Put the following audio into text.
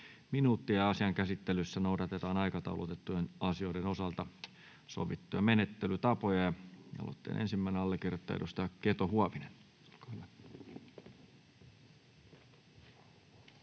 minuuttia. Asian käsittelyssä noudatetaan aikataulutettujen asioiden osalta ennalta sovittuja menettelytapoja. — Lakialoitteen ensimmäinen allekirjoittaja, edustaja Kilpi